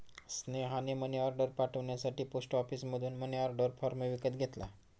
स्नेहाने मनीऑर्डर पाठवण्यासाठी पोस्ट ऑफिसमधून मनीऑर्डर फॉर्म विकत घेतला